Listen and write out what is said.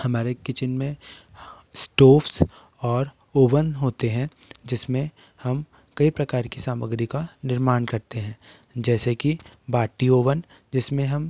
हमारे किचेन में स्टोव्स और ओवन होते हैं जिसमें हम कई प्रकार की समग्री का निर्माण करते हैं जैसे कि बाटी ओवन जिसमें हम